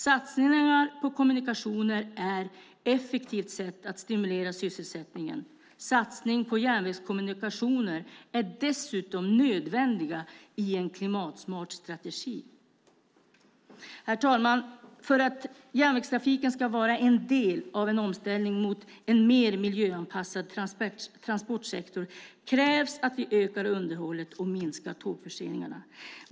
Satsningar på kommunikationer är ett effektivt sätt att stimulera sysselsättningen. Satsningar på järnvägskommunikationer är dessutom nödvändiga i en klimatsmart strategi. Herr talman! För att järnvägstrafiken ska vara en del av en omställning mot en mer miljöanpassad transportsektor krävs det att vi ökar underhållet och minskar tågförseningarna.